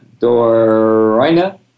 Dorina